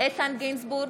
איתן גינזבורג,